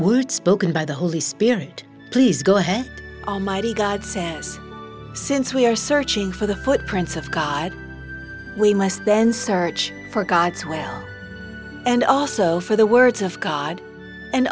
would spoken by the holy spirit please go ahead almighty god says since we are searching for the footprints of god we must then search for god's where and also for the words of god and